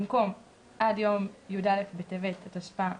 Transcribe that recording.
במקום "עד יום י"א בטבת התשפ"א